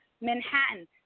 Manhattan